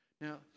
Now